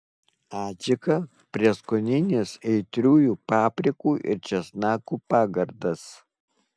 adžika prieskoninis aitriųjų paprikų ir česnakų pagardas